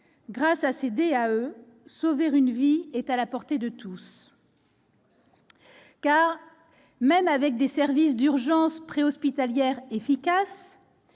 Grâce à ces DAE, sauver une vie est à la portée de tous. Même avec des services d'urgences préhospitalières efficaces,